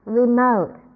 remote